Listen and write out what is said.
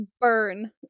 burn